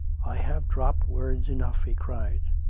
i have dropped words enough, he cried.